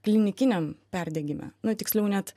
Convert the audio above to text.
klinikiniam perdegime nu tiksliau net